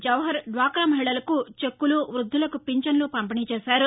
జవహర్ డ్వాకా మహిళలకు చెక్కులు వృద్ధులకు పింఛన్లను పంపిణీ చేశారు